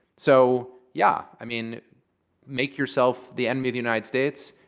so yeah, i mean make yourself the enemy of the united states.